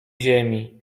ziemi